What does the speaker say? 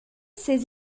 ses